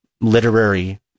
literary